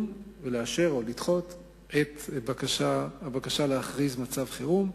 ולאשר או לדחות את הבקשה להכריז מצב חירום.